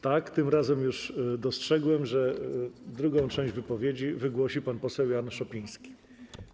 Tak, tym razem już dostrzegłem, że drugą część wypowiedzi wygłosi pan poseł Jan Szopiński.